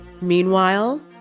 Meanwhile